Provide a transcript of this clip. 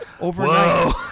overnight